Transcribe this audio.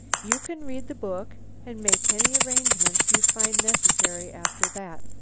you can read the book and make any arrangements you find necessary after that.